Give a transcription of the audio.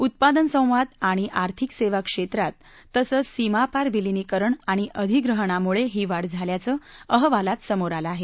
उत्पादन संवाद आणि आर्थिक सेवा या क्षेत्रात तसंच सीमापार विलीनीकरण आणि अधिग्रहणामुळे ही वाढ झाल्याचं अहवालात समोर आलं आहे